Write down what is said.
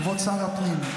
כבוד שר הפנים.